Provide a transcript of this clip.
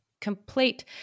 complete